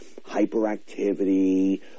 hyperactivity